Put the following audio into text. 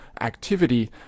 activity